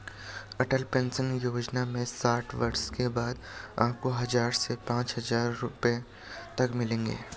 अटल pension योजना में साठ वर्ष के बाद आपको हज़ार से पांच हज़ार रुपए तक मिलेंगे